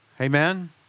Amen